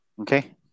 Okay